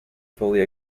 fully